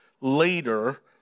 later